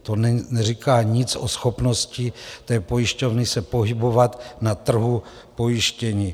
To neříká nic o schopnosti té pojišťovny se pohybovat na trhu pojištění.